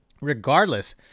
regardless